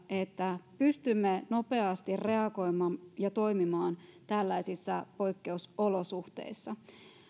että pystymme nopeasti reagoimaan ja toimimaan tällaisissa poikkeusolosuhteissa